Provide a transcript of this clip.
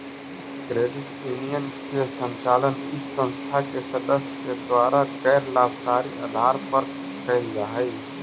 credit union के संचालन इस संस्था के सदस्य के द्वारा गैर लाभकारी आधार पर कैल जा हइ